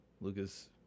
Lucas